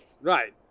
Right